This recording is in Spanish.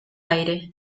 aire